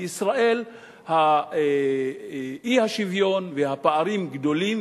בישראל האי-שוויון והפערים גדולים,